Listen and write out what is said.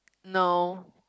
no